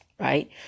Right